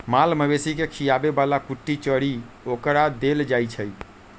माल मवेशी के खीयाबे बला कुट्टी चरी ओकरा देल जाइ छै